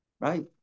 right